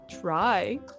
try